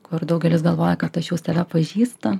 kur daugelis galvoja kad aš jau save pažįstu